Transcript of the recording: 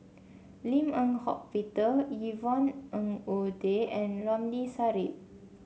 Lim Eng Hock Peter Yvonne Ng Uhde and Ramli Sarip